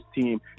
team